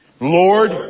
Lord